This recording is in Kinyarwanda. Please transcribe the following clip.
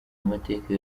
amateka